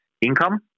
income